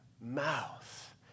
mouth